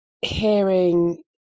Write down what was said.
hearing